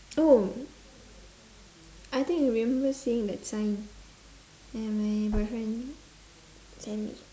oh I think I remember seeing that sign ya my boyfriend send me